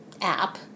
app